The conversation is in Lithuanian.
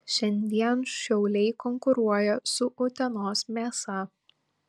šiandien šiauliai konkuruoja su utenos mėsa